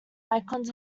icons